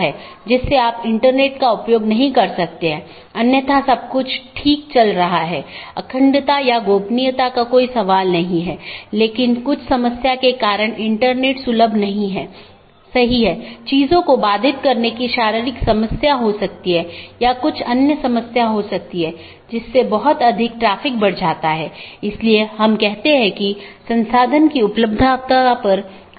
यह एक चिन्हित राउटर हैं जो ऑटॉनमस सिस्टमों की पूरी जानकारी रखते हैं और इसका मतलब यह नहीं है कि इस क्षेत्र का सारा ट्रैफिक इस क्षेत्र बॉर्डर राउटर से गुजरना चाहिए लेकिन इसका मतलब है कि इसके पास संपूर्ण ऑटॉनमस सिस्टमों के बारे में जानकारी है